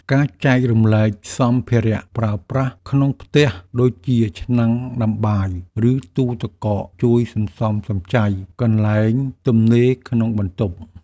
ការចែករំលែកសម្ភារៈប្រើប្រាស់ក្នុងផ្ទះដូចជាឆ្នាំងដាំបាយ ឬទូទឹកកកជួយសន្សំសំចៃកន្លែងទំនេរក្នុងបន្ទប់។